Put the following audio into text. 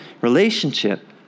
relationship